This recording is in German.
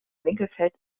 winkelfeld